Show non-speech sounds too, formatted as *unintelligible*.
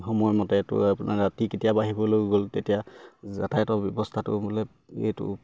সময়মতে এইটো আপোনাৰ ৰাতি কেতিয়া *unintelligible* গ'ল তেতিয়া যাতায়তৰ ব্যৱস্থাটো বোলে এইটো